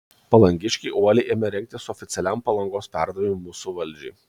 palangiškiai uoliai ėmė rengtis oficialiam palangos perdavimui mūsų valdžiai